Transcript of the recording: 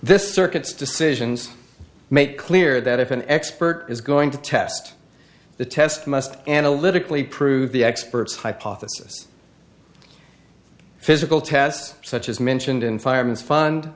this circuit's decisions made it clear that if an expert is going to test the test must analytically prove the experts hypothesis physical tests such as mentioned in fireman's fund